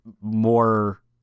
more